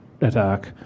attack